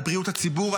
על בריאות הציבור,